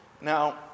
Now